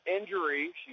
injury